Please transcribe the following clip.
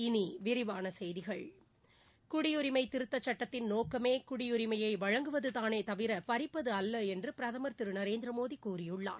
இனி விரிவான செய்திகள் குடியுரிமை திருத்தச் சட்டத்தின் நோக்கமே குடியரிமையை வழங்குவதுதானே தவிர பறிப்பது அல்ல என்று பிரதமர் திரு நரேந்திர மோடி கூறியுள்ளார்